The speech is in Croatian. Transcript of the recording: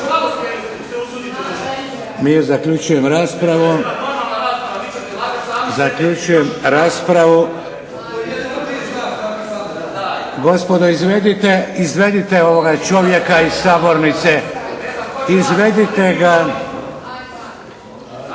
ne razumije./… Zaključujem raspravu. Gospodo izvedite ovoga čovjeka iz sabornice. Izvedite ga.